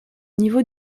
niveau